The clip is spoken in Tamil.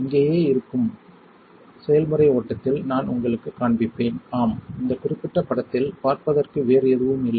இங்கேயே இருக்கும் செயல்முறை ஓட்டத்தில் நான் உங்களுக்குக் காண்பிப்பேன் ஆம் இந்தக் குறிப்பிட்ட படத்தில் பார்ப்பதற்கு வேறு எதுவும் இல்லை